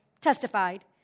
testified